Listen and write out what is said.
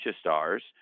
stars